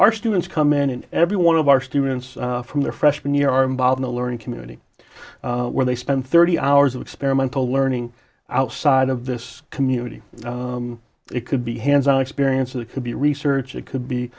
our students come in and every one of our students from their freshman year are involved the learning community where they spend thirty hours of experimental learning outside of this community it could be hands on experience it could be research it could be